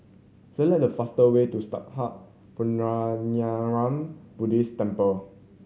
select the fastest way to Sattha Puchaniyaram Buddhist Temple